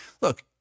Look